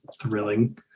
thrilling